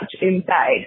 inside